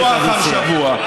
שבוע אחרי שבוע,